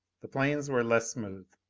the plains were less smooth.